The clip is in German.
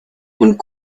und